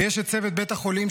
ויש את צוות בית החולים,